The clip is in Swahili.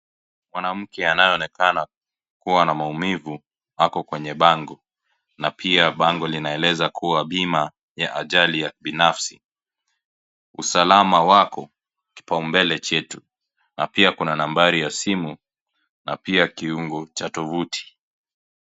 Mwanamke anayeonekana kuwa na maumivu, ako kwenye bango. Na pia bango linaeleza kuwa bima ya ajali ya kibinafsi. Usalama wako kipaumbele chetu, na pia kuna nambari ya simu, na pia kiungo cha tovuti.